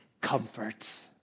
comfort